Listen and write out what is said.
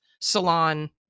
salon